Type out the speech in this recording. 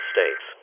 States